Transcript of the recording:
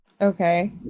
okay